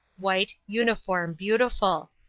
white, uniform, beautiful.